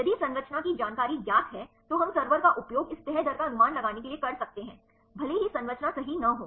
यदि संरचना की जानकारी ज्ञात है तो हम सर्वर का उपयोग इस तह दर का अनुमान लगाने के लिए कर सकते हैं भले ही संरचना सही न हो